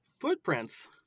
footprints